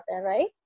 right